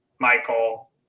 Michael